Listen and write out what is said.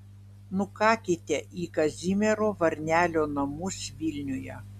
nukakite į kazimiero varnelio namus vilniuje